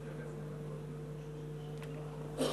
תתייחס